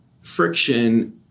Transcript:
friction